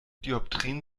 dioptrien